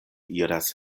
iras